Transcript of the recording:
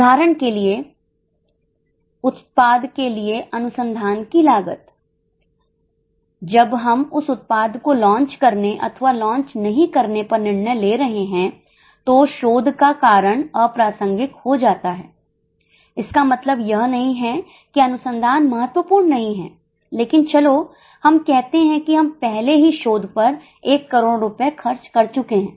उदाहरण के लिए उत्पाद के लिए अनुसंधान की लागत जब हम उस उत्पाद को लॉन्च करने अथवा लॉन्च नहीं करने पर निर्णय ले रहे हैं तो शोध का कारण अप्रासंगिक हो जाता है इसका मतलब यह नहीं है कि अनुसंधान महत्वपूर्ण नहीं है लेकिन चलो हम कहते हैं कि हम पहले ही शोध पर 1 करोड़ रुपये खर्च कर चुके हैं